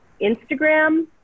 Instagram